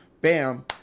Bam